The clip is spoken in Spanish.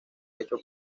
hecho